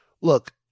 Look